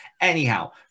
Anyhow